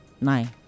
nine